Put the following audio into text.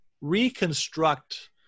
reconstruct